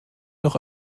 noch